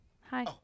Hi